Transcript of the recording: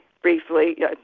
briefly